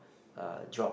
uh drop